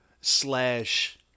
slash